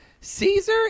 Caesar